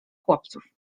chłopców